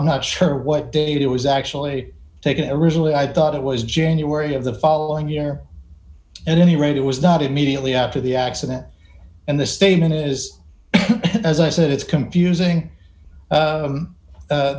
i'm not sure what date it was actually taken originally i thought it was january of the following year and any rate it was not immediately after the accident and the statement is as i said it's confusing